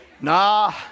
Nah